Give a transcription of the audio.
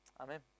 Amen